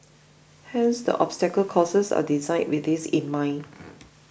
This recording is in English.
hence the obstacle courses are designed with this in mind